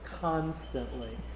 constantly